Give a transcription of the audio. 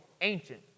ancient